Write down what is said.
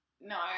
No